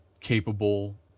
capable